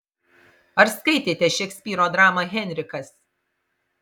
ar skaitėte šekspyro dramą henrikas